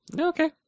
Okay